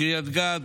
קריית גת,